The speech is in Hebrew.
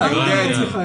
אתה יודע את זה.